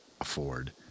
afford